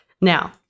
Now